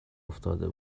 افتاده